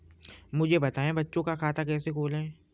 मुझे बताएँ बच्चों का खाता कैसे खोलें?